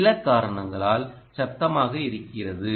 சில காரணங்களால் சத்தமாக இருக்கிறது